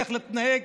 איך להתנהג,